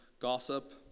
gossip